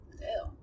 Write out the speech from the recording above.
Ew